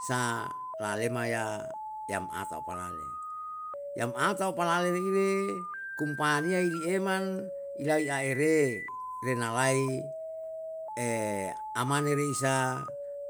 Sa lale maya yam atau palale, yam atau palale reire kumpa'aniya erieman ilai a ere, renalai amane reisa